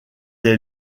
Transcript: est